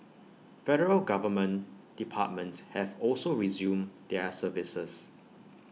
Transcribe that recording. federal government departments have also resumed their services